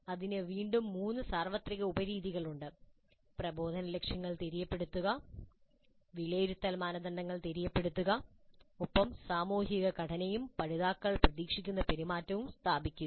ഇതിന് വീണ്ടും മൂന്ന് സാർവത്രിക ഉപ രീതികളുണ്ട് പ്രബോധന ലക്ഷ്യങ്ങൾ തെര്യപ്പെടുത്തുക വിലയിരുത്തൽ മാനദണ്ഡങ്ങൾ തെര്യപ്പെടുത്തുക ഒപ്പം സാമൂഹിക ഘടനയും പഠിതാക്കളുടെ പ്രതീക്ഷിക്കുന്ന പെരുമാറ്റവും സ്ഥാപിക്കുക